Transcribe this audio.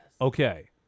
Okay